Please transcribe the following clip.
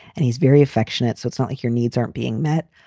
and he's very affectionate. so it's not like your needs aren't being met.